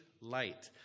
light